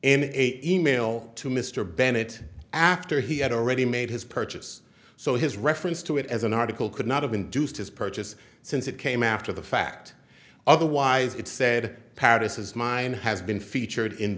eight email to mr bennett after he had already made his purchase so his reference to it as an article could not have induced his purchase since it came after the fact otherwise it said paris is mine has been featured in